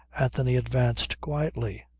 anthony advanced quietly.